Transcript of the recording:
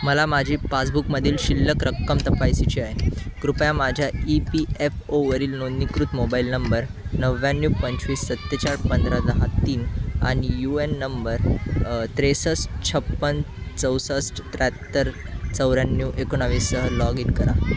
मला माझी पासबुकमधील शिल्लक रक्कम तपासायची आहे कृपया माझ्या ई पी एफ ओवरील नोंदणीकृत मोबाईल नंबर नव्याण्णव पंचवीस सत्तेचाळीस पंधरा दहा तीन आणि यू एन नंबर त्रेसष्ट छप्पन्न चौसष्ट त्र्याहत्तर चौऱ्याण्णव एकोणवीससह लॉग इन करा